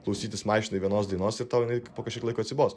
klausytis mašinoj vienos dainos ir tau jinai po kažkiek laiko atsibos